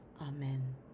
Amen